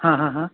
हां हां हां